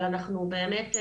אבל אנחנו באמת,